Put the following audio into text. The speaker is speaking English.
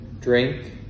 drink